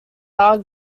are